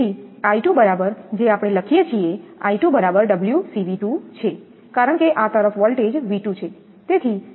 તેથી 𝑖2 બરાબર જે આપણે લખીએ છીએ 𝑖2 બરાબર 𝜔𝐶𝑉2 છે કારણ કે આ તરફ વોલ્ટેજ 𝑉2 છે